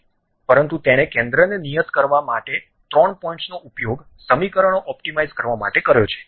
પરંતુ તેણે કેન્દ્રને નિયત કરવા માટે ત્રણ પોઇન્ટ્સનો ઉપયોગ સમીકરણો ઓપ્ટિમાઇઝ કરવા માટે કર્યો છે